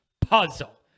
puzzle